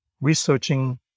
researching